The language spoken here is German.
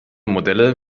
modelle